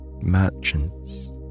merchants